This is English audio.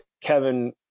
Kevin